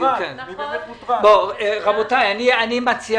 אני מציע